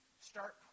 start